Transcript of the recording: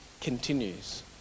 continues